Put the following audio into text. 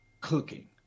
cooking